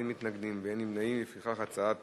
ההצעה להעביר את הצעת